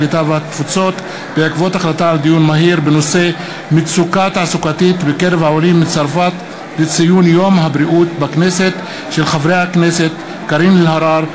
הקליטה והתפוצות בעקבות דיון מהיר בהצעתם של חברי הכנסת קארין אלהרר,